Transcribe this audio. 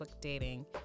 dating